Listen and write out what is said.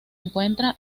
encuentra